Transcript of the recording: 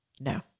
No